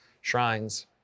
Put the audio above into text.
shrines